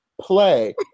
play